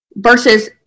Versus